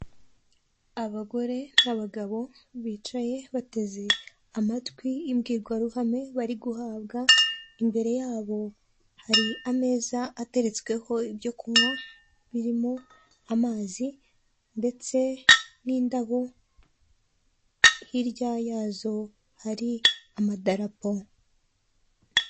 Abagore n'abagabo bicaye bateze amatwi imbwirwaruhame bari guhabwa, imbere yabo hari ameza ateretsweho ibyo kunywa birimo amazi ndetse n'indabo, hirya yazo hari amadarapo.